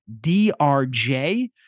DRJ